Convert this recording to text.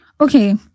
Okay